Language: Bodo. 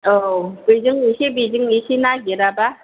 औ बेजों एसे बेजों एसे नागेराब्ला